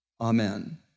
amen